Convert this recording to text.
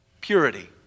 purity